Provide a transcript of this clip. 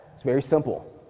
it's very simple.